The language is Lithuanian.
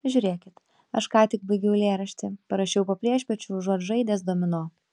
žiūrėkit aš ką tik baigiau eilėraštį parašiau po priešpiečių užuot žaidęs domino